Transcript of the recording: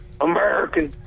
American